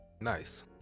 Nice